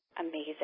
amazing